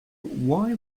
why